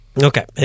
Okay